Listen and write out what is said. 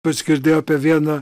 pats girdėjau apie vieną